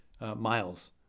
miles